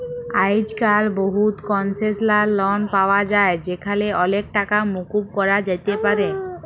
আইজক্যাল বহুত concessional loan পাওয়া যায় যেখালে অলেক টাকা মুকুব ক্যরা যাতে পারে